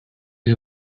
gli